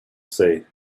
say